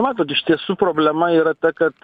matot iš tiesų problema yra ta kad